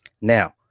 Now